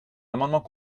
amendement